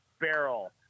barrel